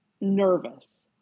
nervous